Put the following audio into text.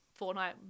Fortnite